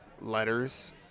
letters